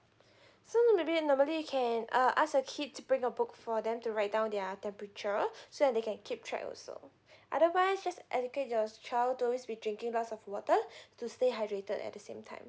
so maybe normally can uh ask your kid to bring a book for them to write down their temperature so that they can keep track also otherwise just educate your child to always be drinking glass of water to stay hydrated at the same time